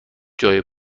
جای